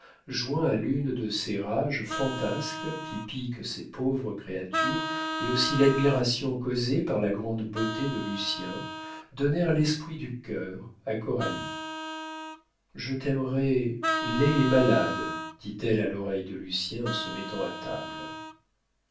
joint à l'une de ces rages fantasques qui piquent ces pauvres créatures et aussi l'admiration causée par la grande beauté de lucien donnèrent l'esprit du cœur à coralie je t'aimerais laid et malade dit-elle à l'oreille de lucien en se mettant à table